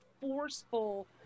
forceful